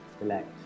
relax